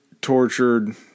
tortured